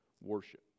worship